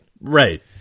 Right